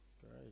Great